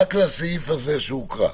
רק לסעיף הזה שהוקרא.